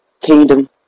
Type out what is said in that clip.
kingdom